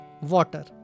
water